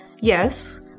yes